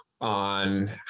on